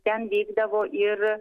ten vykdavo ir